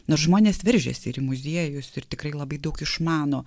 nors žmonės veržiasi ir į muziejus ir tikrai labai daug išmano